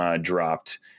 dropped